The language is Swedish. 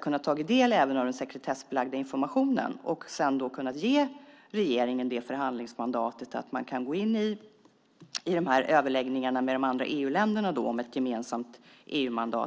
kunnat ta del även av den sekretessbelagda informationen och har sedan kunnat ge regeringen förhandlingsmandatet att gå in i dessa överläggningar med de andra EU-länderna om ett gemensamt EU-mandat.